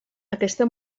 aquesta